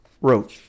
wrote